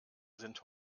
sind